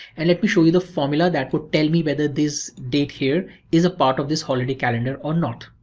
and let me show you the formula that would tell me whether this date here is a part of this holiday calendar or not.